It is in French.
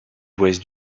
ouest